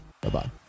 Bye-bye